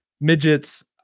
midgets